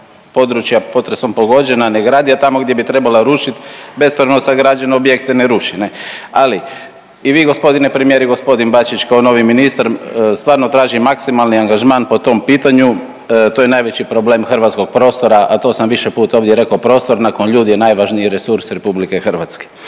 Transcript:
područja potresom pogođena ne gradi, a tamo gdje bi trebala rušit bespravno sagrađen objekt ne ruši ne. Ali i vi g. premijeru i g. Bačić kao novi ministar stvarno tražim maksimalni angažman po tom pitanju, to je najveći problem hrvatskog prostora, a to sam više puta ovdje rekao, prostor nakon ljudi je najvažniji resurs RH.